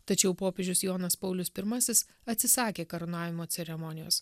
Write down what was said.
tačiau popiežius jonas paulius pirmasis atsisakė karūnavimo ceremonijos